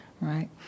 right